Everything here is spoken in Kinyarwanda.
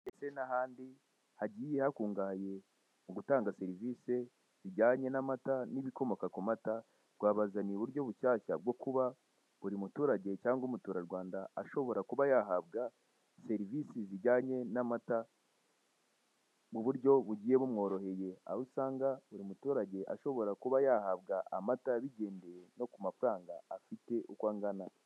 Ndetse n'ahandi hagiye hakungahaye mu gutanga serivise zijyanye n'amata n'ibikomoka ku mata, twabazaniye uburyo bushyashya bwo kuba buri muturage cyangwa umuturarwanda ashobora kuba yahabwa serivisi zijyanye n'amata mu buryo bugiye bumworoheye, aho usanga buri muturage ashobora kuba yahabwa amata yabigendeye no ku mafaranga afite uko angana.